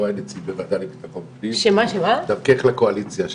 דרכך לקואליציה,